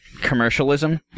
commercialism